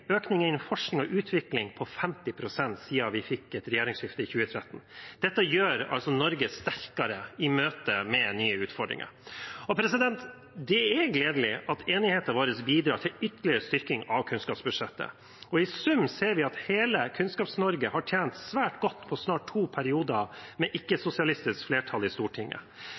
økning innen forskning og utvikling på 50 pst. siden vi fikk et regjeringsskifte i 2013. Dette gjør Norge sterkere i møtet med nye utfordringer. Det er gledelig at enigheten vår bidrar til ytterligere styrking av kunnskapsbudsjettet, og i sum ser vi at hele Kunnskaps-Norge har tjent svært godt på snart to perioder med ikke-sosialistisk flertall i Stortinget.